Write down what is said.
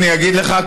אני אגיד לך,